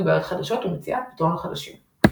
בעיות חדשות ומציאת פתרונות חדשים.